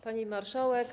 Pani Marszałek!